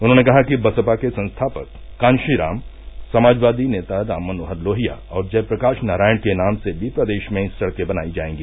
उन्होंने कहा कि बसपा के संस्थापक कांशीराम समाजवादी नेता राम मनोहर लोहिया और जय प्रकाश नारायण के नाम से भी प्रदेश में सड़कें बनाई जायेंगी